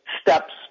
steps